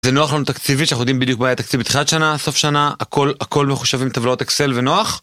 זה נוח לנו תקציבית, שאנחנו יודעים בדיוק מה יהיה התקציב בתחילת שנה, סוף שנה, הכל מחושב עם טבלאות אקסל ונוח.